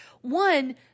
One